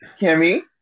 Kimmy